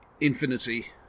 Infinity